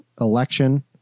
Election